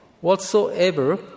whatsoever